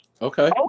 Okay